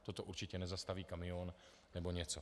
Toto určitě nezastaví kamion nebo něco.